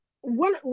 one